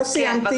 לא סיימתי.